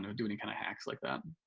and do any kind of hacks like that.